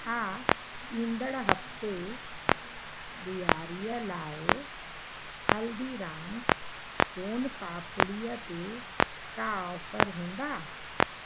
छा ईंदड़ हफ़्ते ॾियारीअ लाइ हल्दीराम्स सोन पापड़ीअ ते का ऑफर हूंदा